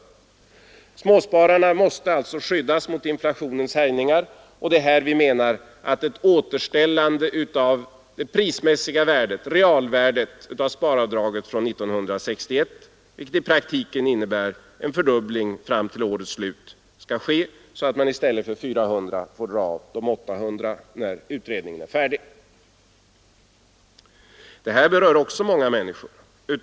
Småspararna måste alltså skyddas mot inflationens härjningar. Det är här vi menar att ett återställande av det prismässiga värdet, realvärdet, av sparavdraget från 1961, vilket i praktiken innebär en fördubbling fram till årets slut, skall ske så att man i stället för 400 får dra av 800 kronor. Detta berör också många människor.